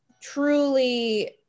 truly